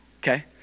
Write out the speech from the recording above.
okay